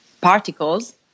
particles